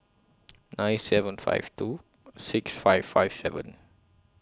nine seven five two six five five seven